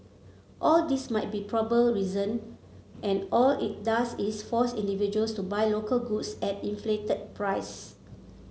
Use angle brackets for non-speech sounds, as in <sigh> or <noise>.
all these might be <unintelligible> reason and all it does is force individuals to buy local goods at inflated price